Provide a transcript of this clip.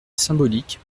symbolique